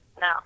No